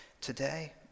today